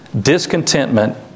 discontentment